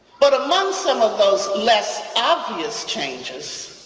but among some of those less obvious changes